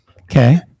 Okay